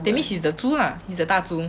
that's mean he's the 猪 lah he is the 大猪